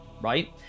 right